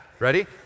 Ready